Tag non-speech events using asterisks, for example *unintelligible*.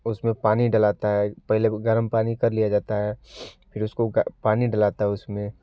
उसमें पाना डलाता है पहले को गर्म पानी कर लिया जाता है फिर उसको *unintelligible* पानी डलाता है उसमें